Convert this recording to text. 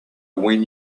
when